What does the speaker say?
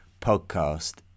podcast